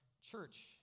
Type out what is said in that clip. church